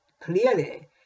clearly